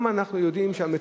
אנחנו יודעים כמה,